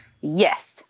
yes